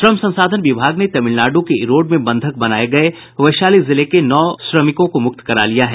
श्रम संसाधन विभाग ने तमिलनाडु के ईरोड में बंधक बनाये गये वैशाली जिले के नौ श्रमिकों को मुक्त करा लिया है